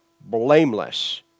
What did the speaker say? blameless